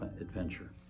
adventure